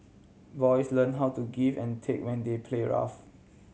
boys learn how to give and take when they play rough